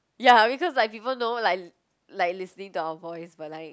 ya because like people know like like listening to our voice but like